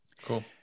Cool